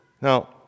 Now